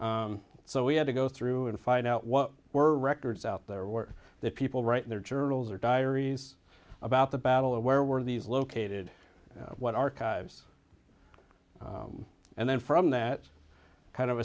so we had to go through and find out what were records out there were that people write their journals or diaries about the battle and where were these located what archives and then from that kind of